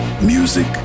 Music